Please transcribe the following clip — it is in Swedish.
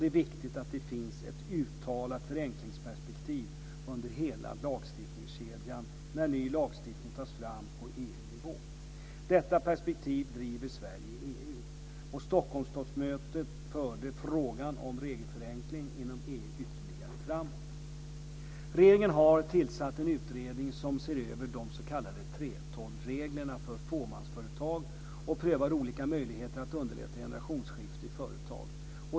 Det är viktigt att det finns ett uttalat förenklingsperspektiv under hela lagstiftningskedjan när ny lagstiftning tas fram på EU-nivå. Detta perspektiv driver Sverige i EU. Stockholmstoppmötet förde frågan om regelförenkling inom EU ytterligare framåt. Regeringen har tillsatt en utredning som ser över de s.k. 3:12-reglerna för fåmansföretag och prövar olika möjligheter att underlätta generationsskiften i företag.